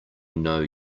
know